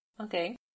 okay